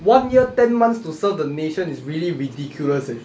one year ten months to serve the nation is really ridiculous eh